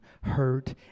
hurt